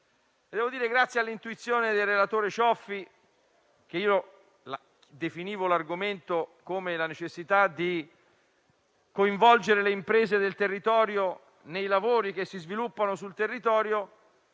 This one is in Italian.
ringraziare l'intuizione del relatore Cioffi. Io definivo l'argomento come la necessità di coinvolgere le imprese del territorio nei lavori che si sviluppano sul territorio.